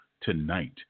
tonight